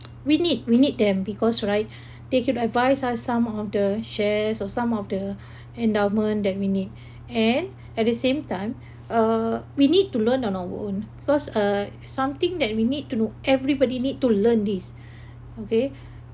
we need we need them because right they could advice us some of the shares or some of the endowment that we need and at the same time uh we need to learn on our own because uh something that we need to everybody need to learn this okay